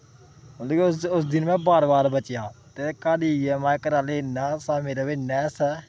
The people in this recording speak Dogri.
मतलब कि उस उस दिन मैं बाल बाल बचेआ ते घर जेइयै माए घरै आह्ले इन्ना हस्सा दा मेरे पर इन्ना हस्सै दे